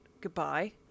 goodbye